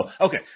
okay